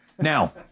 Now